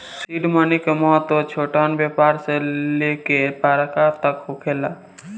seed money के महत्व छोटहन व्यापार से लेके बड़का तक होखेला